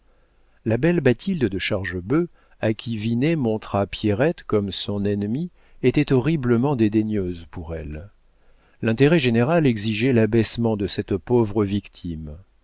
la belle bathilde de chargebœuf à qui vinet montra pierrette comme son ennemie était horriblement dédaigneuse pour elle l'intérêt général exigeait l'abaissement de cette pauvre victime